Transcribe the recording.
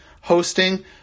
hosting